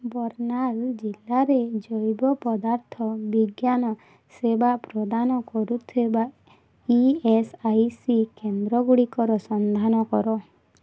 ବର୍ଣ୍ଣାଲ ଜିଲ୍ଲାରେ ଜୈବପଦାର୍ଥ ବିଜ୍ଞାନ ସେବା ପ୍ରଦାନ କରୁଥିବା ଇ ଏସ୍ ଆଇ ସି କେନ୍ଦ୍ରଗୁଡ଼ିକର ସନ୍ଧାନ କର